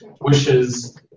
wishes